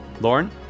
lauren